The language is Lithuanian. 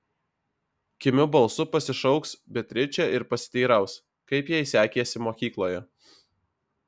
kimiu balsu pasišauks beatričę ir pasiteiraus kaip jai sekėsi mokykloje